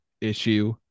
issue